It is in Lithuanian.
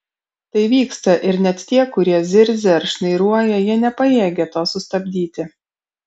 tai vyksta ir net tie kurie zirzia ar šnairuoja jie nepajėgia to sustabdyti